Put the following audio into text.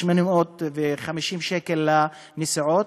850 שקל הנסיעות,